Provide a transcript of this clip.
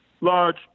large